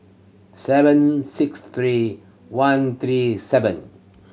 seven six three one three seven